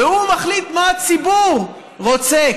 והוא מחליט מה הציבור רוצה.